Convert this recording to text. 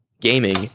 gaming